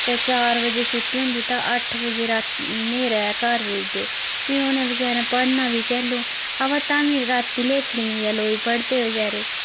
ते चार बजे छुट्टी होंदी तां अट्ठ बजे राती न्हेरै घर पुजदे फ्ही उनें बचारें पढ़ना बी कैलु अवा ताम्मीं राती लेखड़ियें लोई पढ़दे बचारे